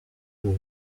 俱乐部